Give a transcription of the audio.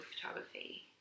photography